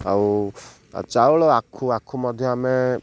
ଆଉ ଚାଉଳ ଆଖୁ ଆଖୁ ମଧ୍ୟ ଆମେ